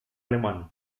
alemán